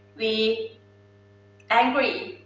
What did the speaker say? we angry,